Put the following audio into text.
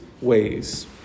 ways